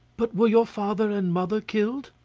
but were your father and mother killed?